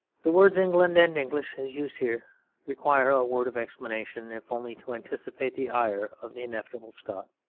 the words england and english as used here require a word of explanation, if only to anticipate the ire of the inevitable scot.